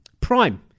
Prime